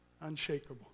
unshakable